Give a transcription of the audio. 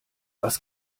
was